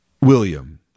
William